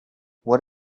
what